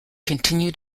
continue